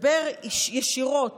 מדבר ישירות